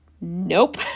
nope